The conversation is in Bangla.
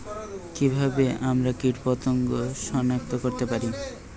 কিভাবে আমরা কীটপতঙ্গ সনাক্ত করতে পারি?